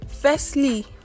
firstly